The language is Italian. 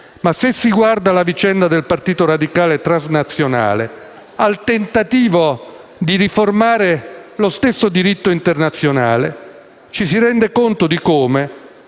se si guarda alla vicenda del Partito Radicale transnazionale e al tentativo di riformare il diritto internazionale, ci si rende conto di come